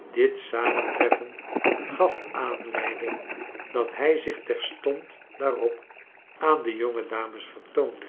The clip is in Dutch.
dit samentreffen gaf aanleiding dat hij zich terstond daarop aan de jonge dames vertoonde